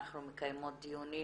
אנחנו מקיימות דיונים